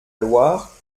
loire